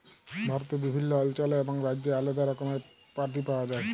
ভারতে বিভিল্ল্য অল্চলে এবং রাজ্যে আলেদা রকমের মাটি পাউয়া যায়